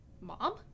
Mom